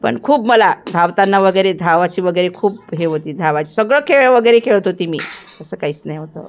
पण खूप मला धावताना वगैरे धावाची वगैरे खूप हे होती धावाची सगळं खेळ वगैरे खेळत होती मी असं काहीच नाही होतं